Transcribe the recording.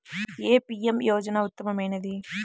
ఏ PM యోజన ఉత్తమమైనది?